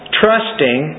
trusting